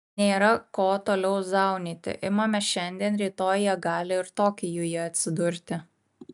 nėra ko toliau zaunyti imame šiandien rytoj jie gali ir tokijuje atsidurti